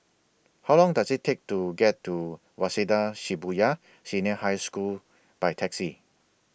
How Long Does IT Take to get to Waseda Shibuya Senior High School By Taxi